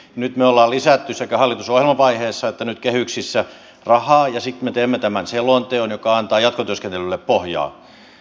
nyt me olemme lisänneet sekä hallitusohjelmavaiheessa että nyt kehyksissä rahaa ja sitten me teimme tämän selonteon joka antaa jatkotyöskentelylle pohjaa